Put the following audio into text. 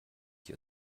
ich